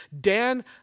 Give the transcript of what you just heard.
Dan